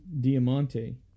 Diamante